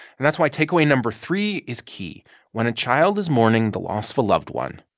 and that's why takeaway number three is key when a child is mourning the loss of a loved one.